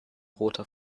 roter